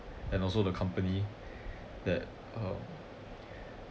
and also the company that um